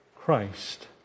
Christ